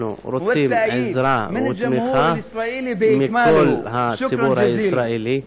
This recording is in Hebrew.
אנחנו רוצים עזרה ותמיכה מכל הציבור הישראלי.